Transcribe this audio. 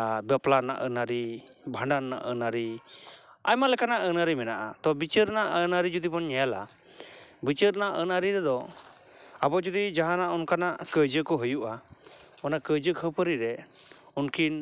ᱟᱨ ᱵᱟᱯᱞᱟ ᱨᱮᱱᱟᱜ ᱟᱹᱱ ᱟᱹᱨᱤ ᱵᱷᱟᱸᱰᱟᱱ ᱨᱮᱱᱟᱜ ᱟᱹᱱᱼᱟᱹᱨᱤ ᱟᱭᱢᱟᱞᱮᱠᱟᱱᱟᱜ ᱟᱹᱱ ᱟᱹᱨᱤ ᱢᱮᱱᱟᱜᱼᱟ ᱛᱚ ᱵᱤᱪᱟᱹᱨ ᱨᱮᱱᱟᱜ ᱟᱹᱱ ᱟᱹᱨᱤ ᱡᱩᱫᱤᱵᱚᱱ ᱧᱮᱞᱟ ᱵᱤᱪᱟᱹᱨ ᱨᱮᱱᱟᱜ ᱟᱹᱱ ᱟᱹᱨᱤ ᱨᱮᱫᱚ ᱟᱵᱚ ᱡᱩᱫᱤ ᱡᱟᱦᱟᱱᱟᱜ ᱚᱱᱠᱟᱱᱟᱜ ᱠᱟᱹᱭᱡᱟᱹ ᱠᱚ ᱦᱩᱭᱩᱜᱼᱟ ᱚᱱᱟ ᱠᱟᱹᱭᱡᱟᱹ ᱠᱷᱟᱹᱯᱟᱹᱨᱤ ᱨᱮ ᱩᱱᱠᱤᱱ